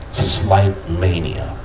slight mania.